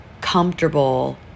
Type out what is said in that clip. comfortable